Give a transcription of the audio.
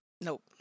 nope